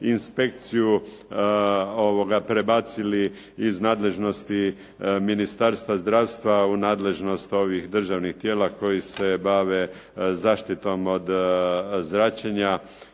inspekciju prebacili iz nadležnosti Ministarstva zdravstva u nadležnost ovih državnih tijela koji se bave zaštitom od zračenja